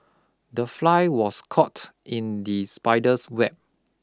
the fly was caught in the spider's web